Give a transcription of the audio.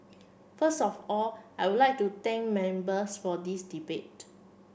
first of all I would like to thank members for this debate